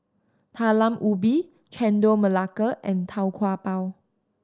Talam Ubi Chendol Melaka and Tau Kwa Pau